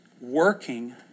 working